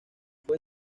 fue